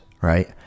right